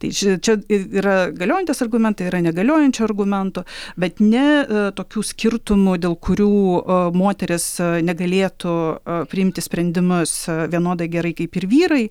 tai čia čia yra galiojantys argumentai yra negaliojančių argumentų bet ne tokių skirtumų dėl kurių a moterys negalėtų priimti sprendimus vienodai gerai kaip ir vyrai